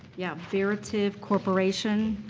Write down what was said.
yeah, veritiv corporation.